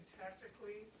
tactically